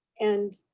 and